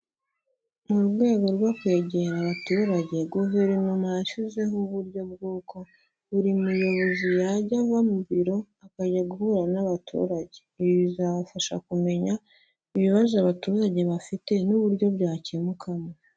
Mu rwego rwo kwegera abaturage, guverinoma yashyizeho uburyo bw'uko buri muyobozi yajya ava mu biro akajya guhura n'abaturage, ibi bizabafasha kumenya ibibazo abaturage bafite n'uburyo byakemukamo.